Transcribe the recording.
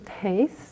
taste